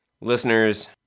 Listeners